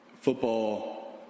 football